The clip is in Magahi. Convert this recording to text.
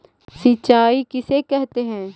सिंचाई किसे कहते हैं?